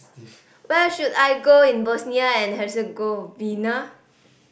where should I go in Bosnia and Herzegovina